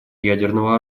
ядерного